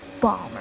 bomber